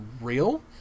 real